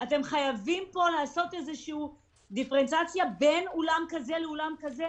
ואתם חייבים לעשות איזושהי דיפרנציאציה בין אולם כזה לאולם אחר,